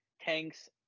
tanks